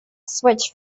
switch